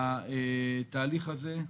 התהליך הזה,